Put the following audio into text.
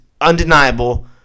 undeniable